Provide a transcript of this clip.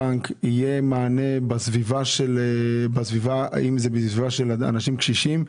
בנק יהיה מענה בסביבה לאנשים קשישים,